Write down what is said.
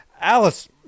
Alice